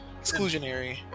exclusionary